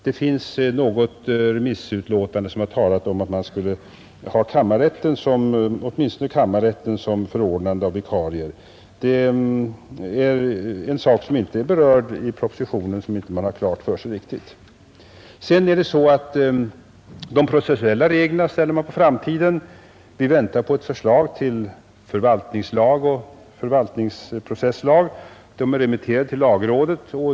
Det finns något remissyttrande som talar om att åtminstone kammarrätten borde förordna vikarier. Det är en sak som inte är berörd i propositionen, och som man därför inte har riktigt klar för sig. De processuella reglerna ställer man på framtiden. Vi väntar på ett förslag till förvaltningslag och förvaltningsprocesslag. De är remitterade till lagrådet.